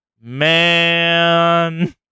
Man